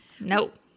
nope